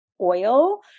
oil